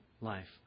life